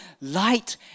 light